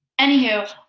Anywho